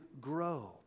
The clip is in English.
grow